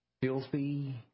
filthy